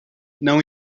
não